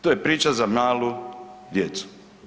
To je priča za malu djecu.